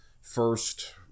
first